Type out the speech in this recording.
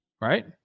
right